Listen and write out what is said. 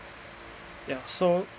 yeah so